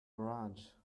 garage